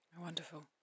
Wonderful